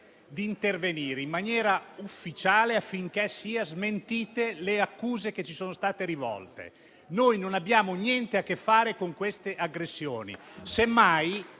di intervenire in maniera ufficiale affinché siano smentite le accuse che ci sono state rivolte. Noi non abbiamo niente a che fare con queste aggressioni.